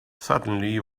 suddenly